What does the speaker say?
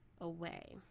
away